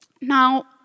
Now